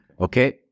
Okay